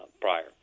prior